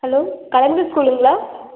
hello Kalaignar ஸ்கூலுங்களா